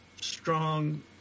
strong